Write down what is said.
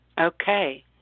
Okay